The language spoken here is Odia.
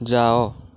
ଯାଅ